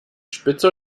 spitze